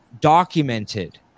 documented